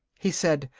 he said,